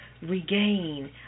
regain